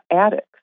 addicts